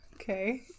Okay